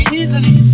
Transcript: easily